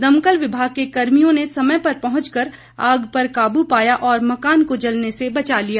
दमकल विभाग के कर्मियों ने समय पर पहुंचकर आग पर काबू पाया और मकान को जलने से बचा लिया